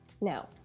Now